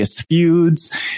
feuds